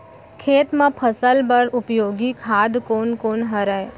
खेत म फसल बर उपयोगी खाद कोन कोन हरय?